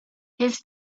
his